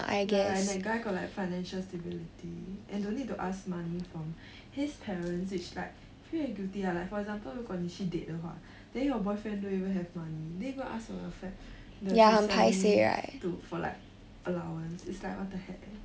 ya and that guy got like financial stability and don't need to ask money from his parents which like feel very guilty lah for example 如果你去 date 的话 then your boyfriend don't even have money then you go ask for your fam~ like his family to for like allowance is like what the heck